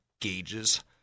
gauges